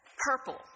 purple